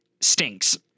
stinks